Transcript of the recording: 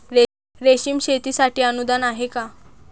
रेशीम शेतीसाठी अनुदान आहे का?